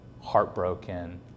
heartbroken